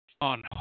on